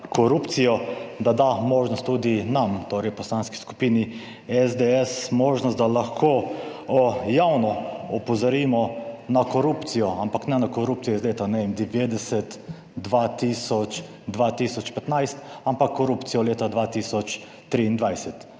korupcijo, da da možnost tudi nam, torej v Poslanski skupini SDS možnost, da lahko javno opozorimo na korupcijo, ampak ne na korupcijo iz leta, ne vem, 1990, 2000, 2015, ampak korupcijo leta 2023,